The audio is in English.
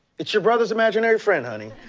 it's your brother's imaginary friend, honey.